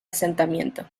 asentamiento